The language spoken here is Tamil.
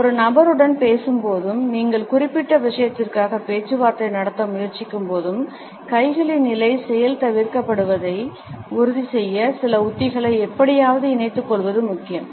ஒரு நபருடன் பேசும்போதும் நீங்கள் குறிப்பிட்ட விஷயத்திற்காக பேச்சுவார்த்தை நடத்த முயற்சிக்கும்போதும் கைகளின் நிலை செயல்தவிர்க்கப்படுவதை உறுதிசெய்ய சில உத்திகளை எப்படியாவது இணைத்துக்கொள்வது முக்கியம்